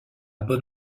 bon